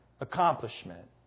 accomplishment